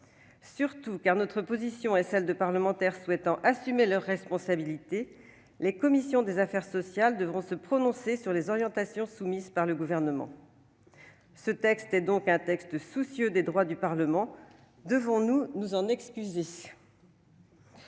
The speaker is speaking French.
Surtout, car notre position est celle de parlementaires souhaitant assumer leurs responsabilités, les commissions des affaires sociales devront se prononcer sur les orientations proposées par le Gouvernement. Cette proposition de loi est donc un texte soucieux des droits du Parlement : devons-nous nous en excuser ?